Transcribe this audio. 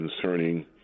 concerning